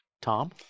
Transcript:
Tom